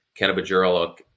cannabigerolic